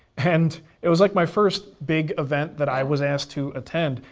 and it was like my first big event that i was asked to attend,